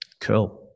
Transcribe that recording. Cool